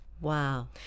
Wow